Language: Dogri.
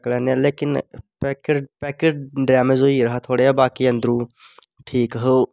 रक्खी लैन्ने आं लेकिन पैकेट पैकेट डैमेज होई गेदा हा थोह्ड़ा जेहा बाकी आह्ला अंदरुं ठीक हा ओह्